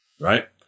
right